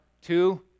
two